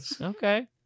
okay